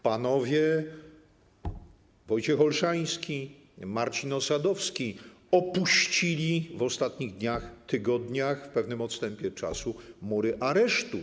Panowie Wojciech Olszański, Marcin Osadowski opuścili w ostatnich dniach, tygodniach, w pewnym odstępie czasu mury aresztu.